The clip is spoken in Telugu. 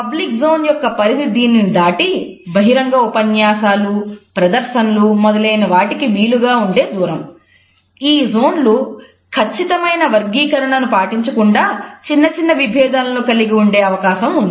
పబ్లిక్ జోన్ ఖచ్చితమైన వర్గీకరణను పాటించకుండా చిన్న చిన్న విభేదాలను కలిగివుండే అవకాశం ఉంది